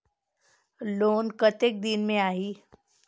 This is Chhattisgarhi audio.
लोन कतेक दिन मे आही?